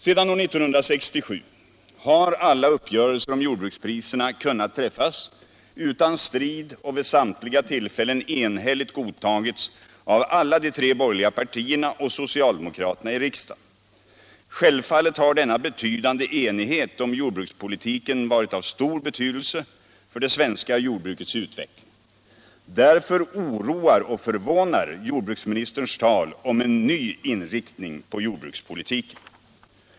Sedan 1967 har alla uppgörelser om jordbrukspriserna kunnat träffas utan strid, och de har vid samtliga tillfällen enhälligt godtagits av alla de tre borgerliga partierna och socialdemokraterna i riksdagen. Självfallet har denna betydande enighet om jordbrukspolitiken varit av stor betydelse för det svenska jordbrukets utveckling. Därför oroar och förvånar jordbruksministerns tal om en ny inriktning på jordbrukspolitiken.